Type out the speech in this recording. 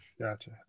Gotcha